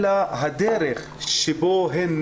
אלא הדרך שבה,